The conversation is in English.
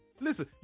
Listen